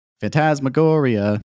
Phantasmagoria